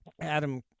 Adam